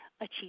achieve